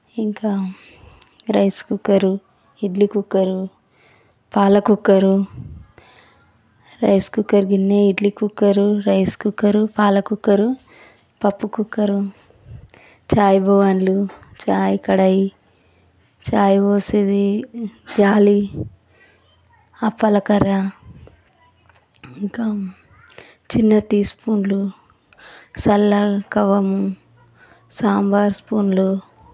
ఇంకా rice cooker idli cooker పాల cooker rice cooker గిన్నె ఇడ్లీ కుక్కరు రైస్ కుక్కరు పాల కుక్కరు పప్పు కుక్కరు చాయ్ భవాన్లు చాయ్ కడాయి చాయ్ పోసేది జాలి అప్పల కర్ర ఇంకా చిన్న టీ స్పూన్లు సల్లా కవ్వము సాంబార్ స్పూన్లు